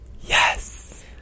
Yes